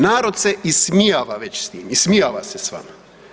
Narod se ismijava već s tim, ismijava se sa vama.